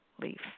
leaf